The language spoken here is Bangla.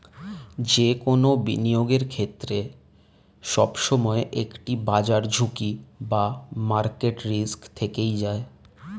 যে কোনো বিনিয়োগের ক্ষেত্রে, সবসময় একটি বাজার ঝুঁকি বা মার্কেট রিস্ক থেকেই যায়